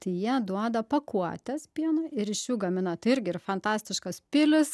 tai jie duoda pakuotes pieno ir iš jų gamina tai irgi ir fantastiškos pilys